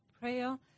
prayer